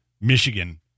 Michigan